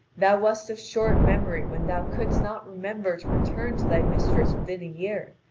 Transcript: thou wast of short memory when thou couldst not remember to return to thy mistress within a year.